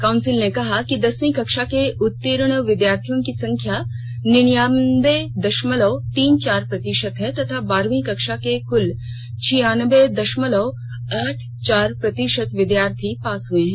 council ने कहा कि दसवीं कक्षा के उत्तीर्ण विद्यार्थियों की संख्या निन्नायब्बे दशमलव तीन चार प्रतिशत है तथा बारहववीं कक्षा के कुल छियानब्बे दशमलव आठ चार प्रतिशत विद्यार्थी पास हुए हैं